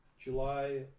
July